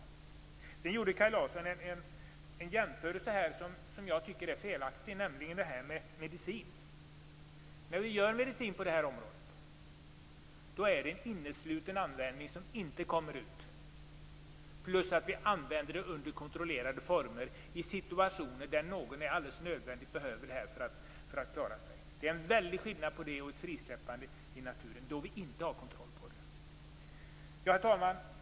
Kaj Larsson gjorde en jämförelse som jag tycker är felaktig, nämligen med medicin. När vi gör medicin på det här området är det en innesluten användning. Den kommer inte ut. Dessutom använder vi medicinen i kontrollerade former, i situationer där någon alldeles nödvändigt behöver den för att klara sig. Det är en väldig skillnad på det och ett frisläppande i naturen då vi inte har kontroll på det. Herr talman!